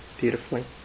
beautifully